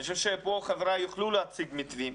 אני חושב שפה חבריי יוכלו להציג מתווים.